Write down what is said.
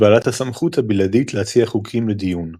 בעלת הסמכות הבלעדית להציע חוקים לדיון.